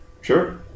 sure